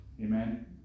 Amen